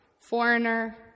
foreigner